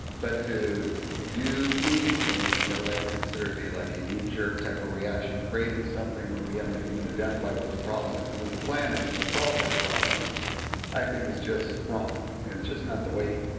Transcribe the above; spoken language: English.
but to do anything that what i would consider to be like a knee-jerk type of reaction creating something when we haven't and even identified with the problem is and what the plan is to solve that problem i think is just wrong. and it's just not the way